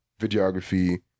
Videography